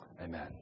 Amen